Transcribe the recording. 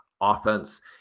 offense